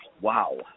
Wow